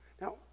Now